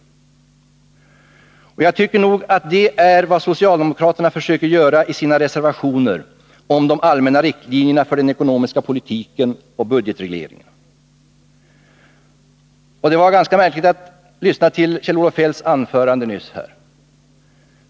Jag tycker nog att detta är vad socialdemokraterna försöker göra i sina reservationer om de allmänna riktlinjerna för den ekonomiska politiken och budgetregleringen. Det var ganska märkligt att lyssna till Kjell-Olof Feldts anförande nyss.